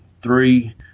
three